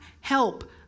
help